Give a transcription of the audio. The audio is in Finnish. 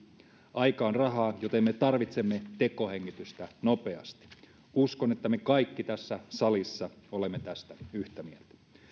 aika on rahaa joten me tarvitsemme tekohengitystä nopeasti uskon että me kaikki tässä salissa olemme tästä yhtä mieltä